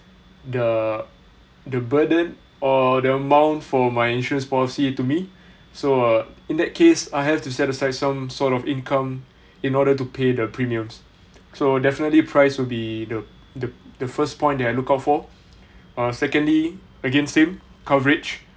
the the burden or the amount for my insurance policy to me so err in that case I have to set aside some sort of income in order to pay the premiums so definitely price will be the the the first point that I look out for err secondly again same coverage